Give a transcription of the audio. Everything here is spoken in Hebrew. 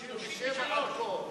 37 עד כה.